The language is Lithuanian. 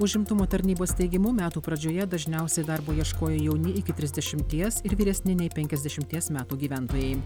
užimtumo tarnybos teigimu metų pradžioje dažniausiai darbo ieškojo jauni iki trisdešimties ir vyresni nei penkiasdešimties metų gyventojai